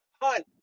Hunt